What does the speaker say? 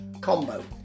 combo